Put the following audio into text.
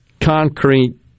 concrete